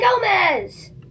Gomez